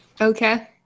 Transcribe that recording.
Okay